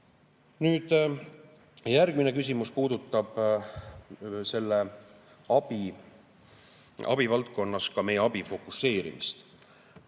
Nüüd, järgmine küsimus puudutab selle abi valdkonnas abi fokuseerimist.